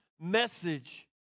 message